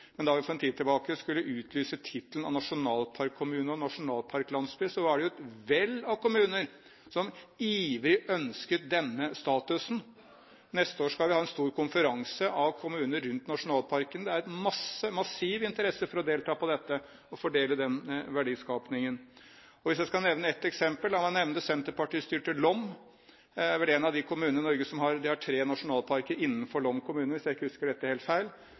Da vi for en tid tilbake skulle utlyse tittelen «nasjonalparkkommune» og «nasjonalparklandsby», var det er vell av kommuner som ivrig ønsket denne statusen. Neste år skal vi ha en stor konferanse med kommuner rundt nasjonalparkene. Det er massiv interesse for å delta på dette, og å fordele den verdiskapingen. Hvis jeg skal nevne ett eksempel, så la meg nevne det senterpartistyrte Lom. De har tre nasjonalparker innenfor Lom kommune, hvis jeg ikke husker helt feil, de har en stor del av sin kommune vernet og ser dette